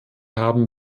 haben